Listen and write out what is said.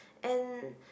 and